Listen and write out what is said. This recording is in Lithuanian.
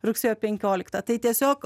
rugsėjo penkioliktą tai tiesiog